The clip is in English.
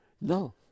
No